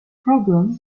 problem